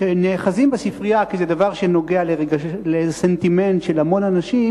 שהם נאחזים בספרייה כי זה דבר שנוגע לאיזה סנטימנט של המון אנשים,